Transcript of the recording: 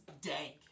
dank